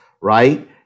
right